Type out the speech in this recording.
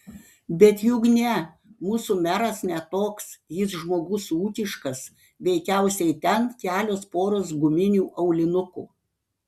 bet juk ne mūsų meras ne toks jis žmogus ūkiškas veikiausiai ten kelios poros guminių aulinukų